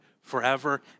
forever